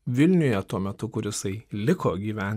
vilniuje tuo metu kur jisai liko gyventi